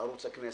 ערוץ הכנסת.